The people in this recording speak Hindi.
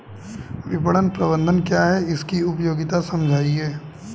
विपणन प्रबंधन क्या है इसकी उपयोगिता समझाइए?